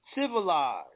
civilized